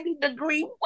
degree